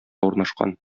урнашкан